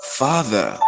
father